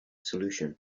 solution